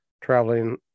traveling